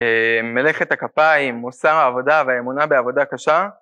מלאכת הכפיים מוסר העבודה והאמונה בעבודה קשה